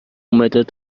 مداد